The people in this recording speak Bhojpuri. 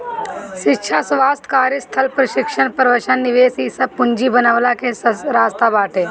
शिक्षा, स्वास्थ्य, कार्यस्थल प्रशिक्षण, प्रवसन निवेश इ सब पूंजी बनवला के रास्ता बाटे